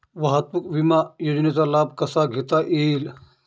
वाहतूक विमा योजनेचा लाभ कसा घेता येईल?